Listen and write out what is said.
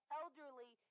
elderly